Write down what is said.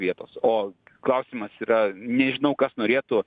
vietos o klausimas yra nežinau kas norėtų